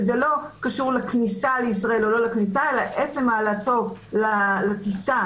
זה לא קשור לכניסה לישראל אלא לעצם העלאתו לטיסה